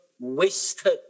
Wasted